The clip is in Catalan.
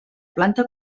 planta